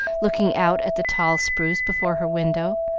looking out at the tall spruce before her window,